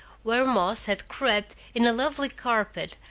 where moss had crept in a lovely carpet,